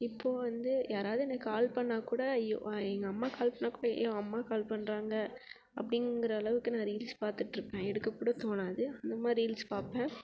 இப்போது வந்து யாராவது எனக்கு கால் பண்ணால் கூட ஐயோ எங்கள் அம்மா கால் பண்ணால் கூட ஏன் அம்மா கால் பண்றாங்க அப்படிங்குற அளவுக்கு நான் ரீல்ஸ் பார்த்துட்டுருப்பேன் எடுக்கக்கூட தோணாது அந்தமாதிரி ரீல்ஸ் பார்ப்பேன்